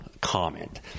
comment